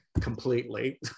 completely